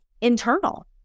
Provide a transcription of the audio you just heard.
internal